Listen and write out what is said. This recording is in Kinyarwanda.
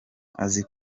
azi